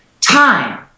time